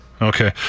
Okay